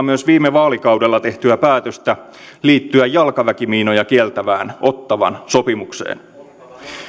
myös viime vaalikaudella tehtyä päätöstä liittyä jalkaväkimiinoja kieltävään ottawan sopimukseen